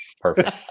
perfect